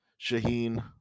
Shaheen